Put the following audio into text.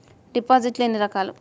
డిపాజిట్లు ఎన్ని రకాలు?